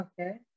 Okay